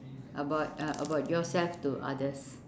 about uh about yourself to others